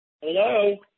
Hello